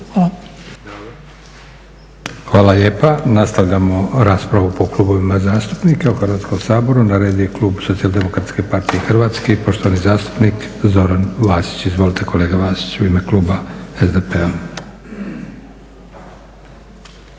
Hvala lijepa. Nastavljamo raspravu po klubovima zastupnika u Hrvatskom saboru. Na redu je klub Socijal-demokratske partije Hrvatske i poštovani zastupnik, Zoran Vasić. Izvolite kolega Vasić, u ime kluba SDP-a.